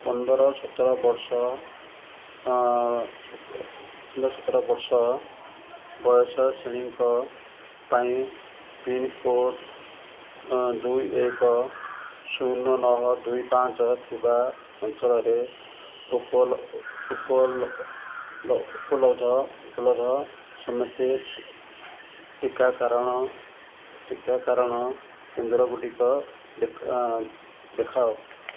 ପନ୍ଦର ସତର ବର୍ଷ ପନ୍ଦର ସତର ବର୍ଷ ବୟସ ଶ୍ରେଣୀଙ୍କ ପାଇଁ ପିନ୍କୋଡ଼୍ ଦୁଇ ଏକ ଶୂନ ନଅ ଦୁଇ ପାଞ୍ଚ ଥିବା ଅଞ୍ଚଳରେ ଉପଲବ୍ଧ ସମସ୍ତେ ଟିକାକାରଣ କେନ୍ଦ୍ର ଗୁଡ଼ିକ ଦେଖାଅ